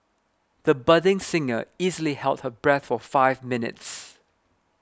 the budding singer easily held her breath for five minutes